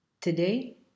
Today